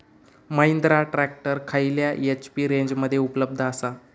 Mahindra tractor खयल्या HP रेंजमध्ये उपलब्ध आसा?